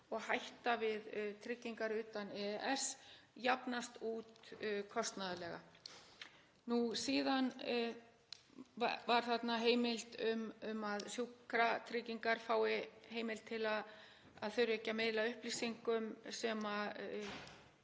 og hætta við tryggingar utan EES, jafnast út kostnaðarlega. Síðan var þarna heimild um að Sjúkratryggingar fái heimild til að þurfa ekki að miðla upplýsingum sem